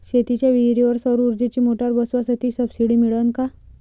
शेतीच्या विहीरीवर सौर ऊर्जेची मोटार बसवासाठी सबसीडी मिळन का?